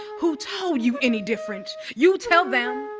who told you any different? you tell them,